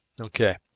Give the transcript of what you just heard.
Okay